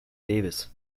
davis